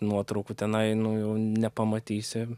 nuotraukų tenai nu jau nepamatysi